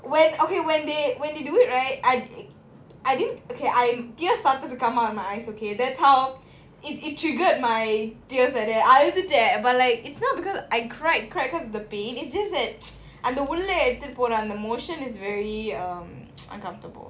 when okay when they when they do it right I I didn't okay I tears started to come out of my eyes okay that's how it it triggered my tears eh அழுதுட்டேன்:aluthuttaen but like it's not because I cried cried because of the pain it's just that அந்த உள்ள எடுத்துட்டு போன அந்த:antha ulla eduthuttu ponaa antha the motion is very uncomfortable